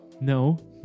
No